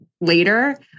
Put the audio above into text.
later